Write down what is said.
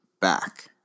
back